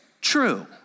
true